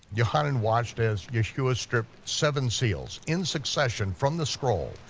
yochanan watched as yeshua stripped seven seals, in succession, from the scroll,